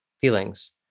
feelings